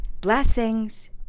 Blessings